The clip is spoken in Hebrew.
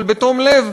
אבל בתום לב,